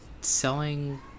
selling